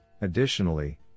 Additionally